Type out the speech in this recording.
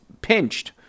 pinched